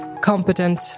competent